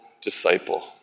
disciple